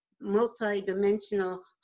multi-dimensional